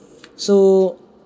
so